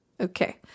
Okay